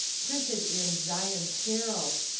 printed in zion's herald.